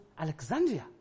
Alexandria